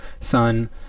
sun